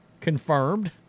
confirmed